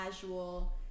casual